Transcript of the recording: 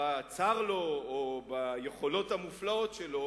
בצר לו או ביכולות המופלאות שלו,